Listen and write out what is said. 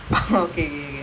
நீ:nee sanjeev